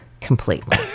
completely